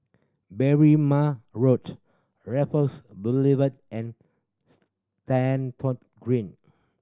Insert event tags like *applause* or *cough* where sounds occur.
Berrima Road Raffles Boulevard and *unintelligible* Green